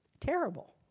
Terrible